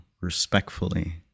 respectfully